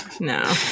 No